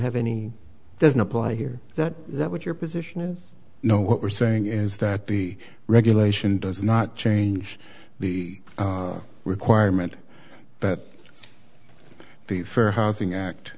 have any doesn't apply here that that what your position is no what we're saying is that the regulation does not change the requirement that the fair housing act